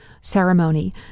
ceremony